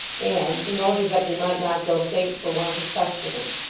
and in order that they might not grow faint for want of sustenance,